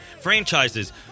franchises